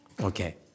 Okay